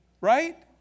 Right